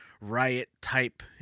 riot-type